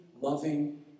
loving